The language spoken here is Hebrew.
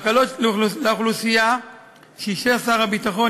ההקלות לאוכלוסייה שאישר שר הביטחון